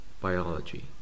Biology